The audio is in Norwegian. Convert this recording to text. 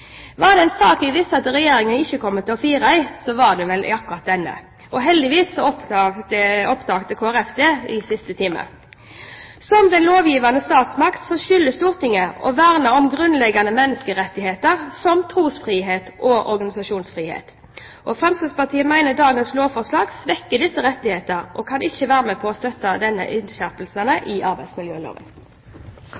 Var det en sak jeg visste at Regjeringen ikke kom til å fire i, var det vel akkurat denne. Heldigvis oppdaget Kristelig Folkeparti det i siste time. Som den lovgivende statsmakt skylder Stortinget å verne om grunnleggende menneskerettigheter som trosfrihet og organisasjonsfrihet. Fremskrittspartiet mener dagens lovforslag svekker disse rettigheter, og kan ikke være med på å støtte disse innskjerpelsene